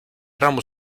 ramo